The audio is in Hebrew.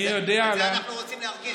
את זה גם אנחנו רוצים להרגיש.